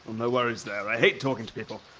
no worries there, i hate talking to people.